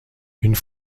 une